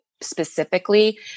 specifically